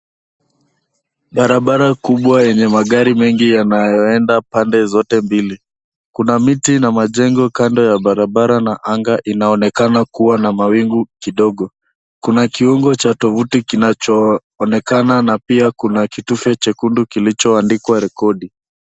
Barabara kubwa yenye magari mengi yanayoenda pande zote mbili. Kuna miti na majengo kando ya barabara, na anga inaonekana kuwa na mawingu kidogo. Kuna kiungo cha tovuti kinachonekana, na pia kuna kitufe chekundu kilichoandikwa rekodi.